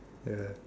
ya